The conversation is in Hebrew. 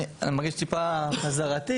אני מרגיש טיפה חזרתי,